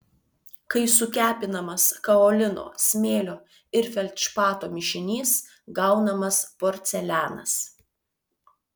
kai sukepinamas kaolino smėlio ir feldšpato mišinys gaunamas porcelianas